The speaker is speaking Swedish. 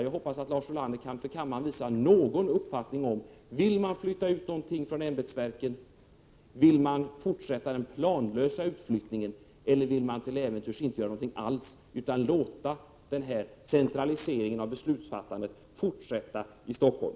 Jag hoppas att Lars Ulander kan för kammaren redovisa någon uppfattning i fråga om ämbetsverken. Vill ni flytta ut någonting från dem? Vill ni fortsätta den planlösa utflyttningen? Eller vill ni till äventyrs inte göra någonting alls utan låta det centraliserade beslutsfattandet fortsätta i Stockholm?